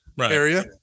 area